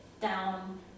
down